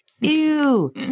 Ew